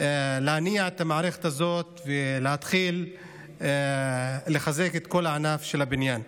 להניע את המערכת הזאת ולהתחיל לחזק את כל ענף הבניין.